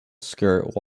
skirt